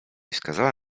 wskazała